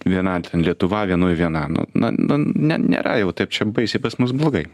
viena ten lietuva vienui viena nu nu nu ne nėra jau taip čia baisiai pas mus blogai